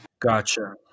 Gotcha